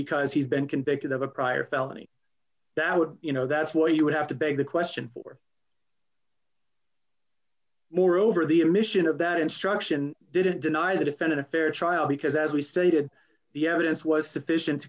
because he's been convicted of a prior felony that would you know that's what you would have to beg the question for moreover the admission of that instruction didn't deny the defendant a fair trial because as we stated the evidence was sufficient